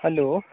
hello